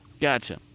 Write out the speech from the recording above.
Gotcha